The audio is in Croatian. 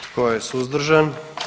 Tko je suzdržan?